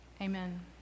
Amen